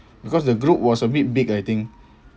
because the group was a bit big I think